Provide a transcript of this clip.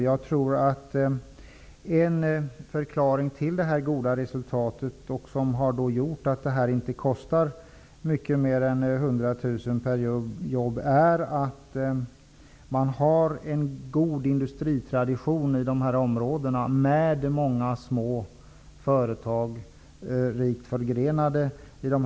Jag tror att en förklaring till det goda resultatet och att kostnaden inte har varit mycket mer än 100 000 per jobb är att man i de här områdena har en god industritradition, med många små, rikt förgrenade företag.